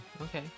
okay